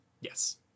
Yes